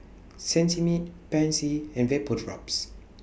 Cetrimide Pansy and Vapodrops